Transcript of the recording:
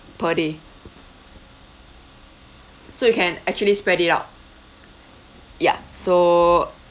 per day so you can actually spread it out ya so